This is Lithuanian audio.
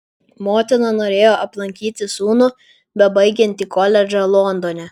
motina norėjo aplankyti sūnų bebaigiantį koledžą londone